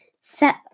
set